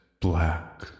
Black